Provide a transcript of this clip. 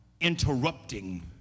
interrupting